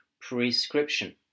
prescription